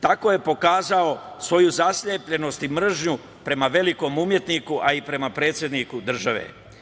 Tako je pokazao svoju zaslepljenost i mržnju prema velikom umetniku, a i prema predsedniku države.